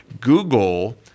Google